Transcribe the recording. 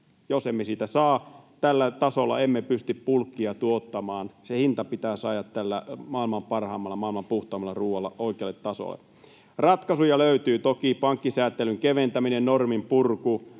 Jos emme siitä saa, tällä tasolla emme pysty bulkkia tuottamaan. Se hinta pitää saada tällä maailman parhaimmalla, maailman puhtaimmalla ruualla oikealle tasolle. Ratkaisuja löytyy toki: pankkisääntelyn keventäminen, norminpurku,